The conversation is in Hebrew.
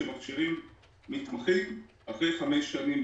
שמכשירים מתמחים להיות מומחים אחרי חמש שנים,